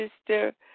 sister